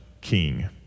king